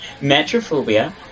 Metrophobia